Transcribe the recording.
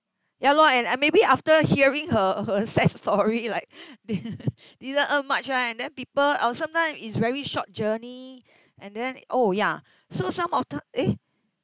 ya lor and I maybe after hearing her her sad story like didn't earn much right and then people or sometimes it's very short journey and then oh ya so some of th~ eh